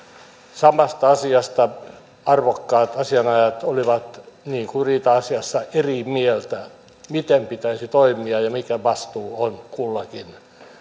samasta asiasta arvokkaat asianajajat olivat niin kuin riita asiassa eri mieltä miten pitäisi toimia ja mikä vastuu on kullakin